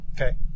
Okay